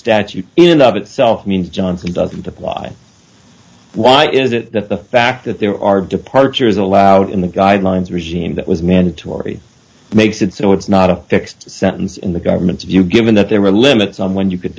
statute in and of itself means johnson doesn't apply why is it that the fact that there are departures allowed in the guidelines regime that was mandatory makes it so it's not a fixed sentence in the government's view given that there were limits on when you could